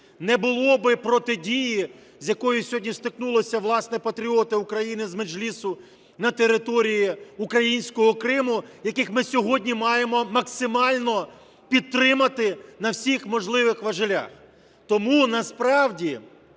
не було би протидії, з якою сьогодні стикнулися, власне, патріоти України з Меджлісу на території українського Криму, яких ми сьогодні маємо максимально підтримати на всіх можливих важелях. Тому насправді